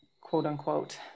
quote-unquote